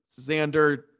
Xander